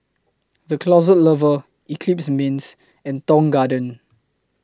The Closet Lover Eclipse Mints and Tong Garden